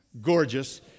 gorgeous